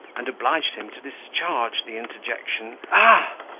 and obliged him to discharge the interjection ah!